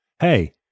hey